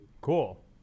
Cool